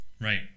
Right